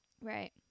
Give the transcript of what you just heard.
Right